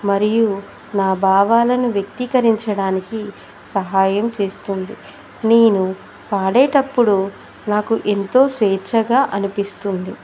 మరియు నా భావాలను వ్యక్తీకరించడానికి సహాయం చేస్తుంది నేను పాడేటప్పుడు నాకు ఎంతో స్వేచ్ఛగా అనిపిస్తుంది